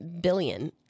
billion